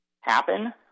happen